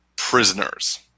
prisoners